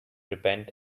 repent